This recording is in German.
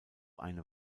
eine